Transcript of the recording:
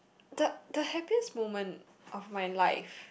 the the happiest moment of my life